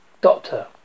Doctor